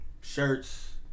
shirts